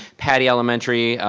pattie elementary,